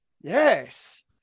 yes